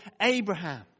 Abraham